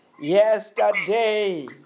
yesterday